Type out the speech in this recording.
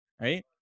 right